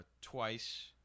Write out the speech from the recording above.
twice